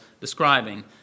describing